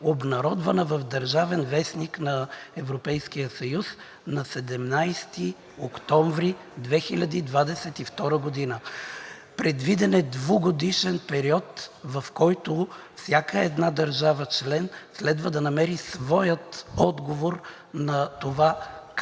обнародвана в „Държавен вестник“ на Европейския съюз на 17 октомври 2022 г. Предвиден е 2-годишен период, в който всяка една държава членка следва да намери своя отговор на това как